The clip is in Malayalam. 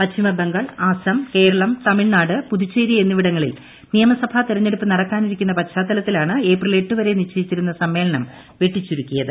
പശ്ചിമബംഗാൾ അസം കേരളം തമിഴ്നാട് പുതുച്ചേരി എന്നിവിടങ്ങളിൽ നിയമസഭാ തെരഞ്ഞെടുപ്പ് നടക്കാനിരിക്കുന്ന പശ്ചാത്തലത്തിലാണ് ഏപ്രിൽ എട്ട് വരെ നിശ്ചയിച്ചിരുന്ന സമ്മേളനം വെട്ടിചുരുക്കിയത്